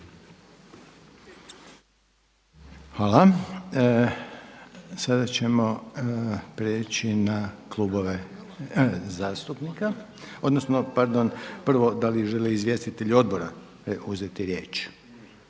Hvala. Sada ćemo prijeći na klubove zastupnika. Odnosno, pardon, prvo da li želi izvjestitelj odbora uzeti riječ?